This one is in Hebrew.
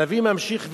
הנביא ממשיך ואומר: